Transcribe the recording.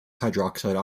hydroxide